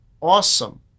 awesome